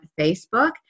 Facebook